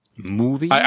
Movie